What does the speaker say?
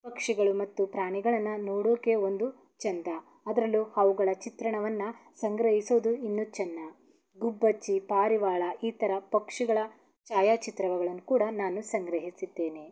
ಪಕ್ಷಿಗಳು ಮತ್ತು ಪ್ರಾಣಿಗಳನ್ನು ನೋಡೋಕ್ಕೆ ಒಂದು ಚಂದ ಅದ್ರಲ್ಲೂ ಅವ್ಗಳ ಚಿತ್ರಣವನ್ನು ಸಂಗ್ರಹಿಸೋದು ಇನ್ನೂ ಚೆನ್ನ ಗುಬ್ಬಚ್ಚಿ ಪಾರಿವಾಳ ಈ ಥರ ಪಕ್ಷಿಗಳ ಛಾಯಾಚಿತ್ರಗಳನ್ನು ಕೂಡ ನಾನು ಸಂಗ್ರಹಿಸಿದ್ದೇನೆ